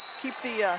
keep the